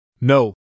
No